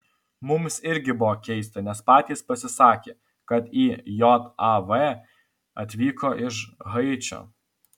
mums irgi buvo keista nes patys pasisakė kad į jav atvyko iš haičio